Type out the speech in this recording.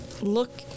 look